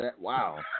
Wow